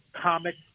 comic